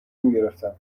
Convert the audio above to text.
میگرفتن